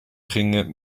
gingen